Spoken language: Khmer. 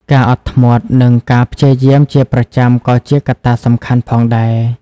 ការអត់ធ្មត់ និងការព្យាយាមជាប្រចាំក៏ជាកត្តាសំខាន់ផងដែរ។